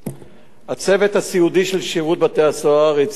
הצוות הסיעודי של שירות בתי-הסוהר הציע לאסיר